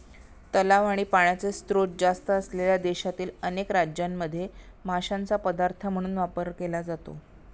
तलाव आणि पाण्याचे स्त्रोत जास्त असलेल्या देशातील अनेक राज्यांमध्ये माशांचा पदार्थ म्हणून वापर केला जातो